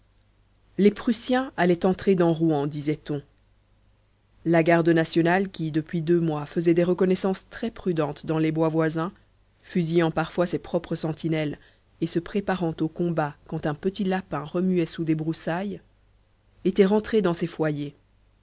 les prussiens allaient entrer dans rouen disait-on la garde nationale qui depuis deux mois faisait des reconnaissances très prudentes dans les bois voisins fusillant parfois ses propres sentinelles et se préparant au combat quand un petit lapin remuait sous des broussailles était rentrée dans ses foyers